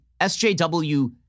SJW